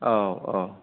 औ औ